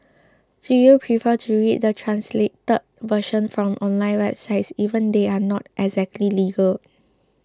do you prefer to read the translated version from online websites even if they are not exactly legal